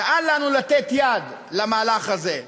ואל לנו לתת יד למהלך הזה.